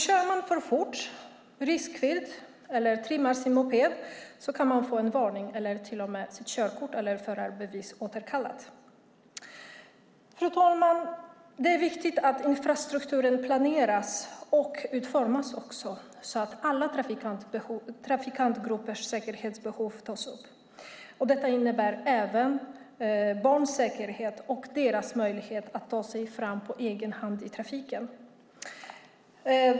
Kör man för fort, riskfyllt eller trimmar sin moped kan man få en varning eller till och med sitt körkort eller förarbevis återkallat. Fru talman! Det är viktigt att infrastrukturen planeras och utformas så att alla trafikantgruppers säkerhetsbehov tas upp. Detta innefattar även barns säkerhet och deras möjlighet att ta sig fram på egen hand i trafiken.